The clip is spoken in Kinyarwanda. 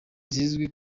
zizwi